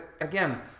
again